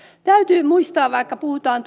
täytyy muistaa vaikka puhutaan